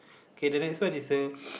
K the next one is a